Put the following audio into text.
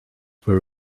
were